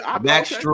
Max